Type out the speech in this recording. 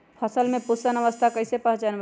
फसल में पुष्पन अवस्था कईसे पहचान बई?